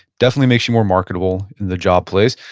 definitely makes you more marketable in the job place.